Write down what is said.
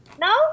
No